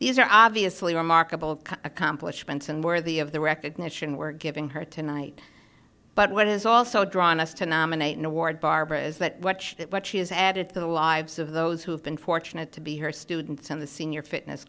these are obviously remarkable accomplishments and worthy of the recognition we're giving her tonight but what is also drawn us to nominate an award barbara is that what she has added to the lives of those who have been fortunate to be her students in the senior fitness